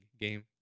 game